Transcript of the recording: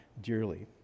dearly